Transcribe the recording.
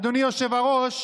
אדוני היושב-ראש,